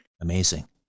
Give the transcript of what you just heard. Amazing